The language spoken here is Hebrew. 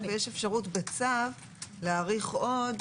יש אפשרות בצו להאריך עוד,